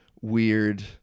weird